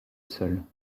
seul